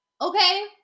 Okay